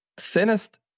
thinnest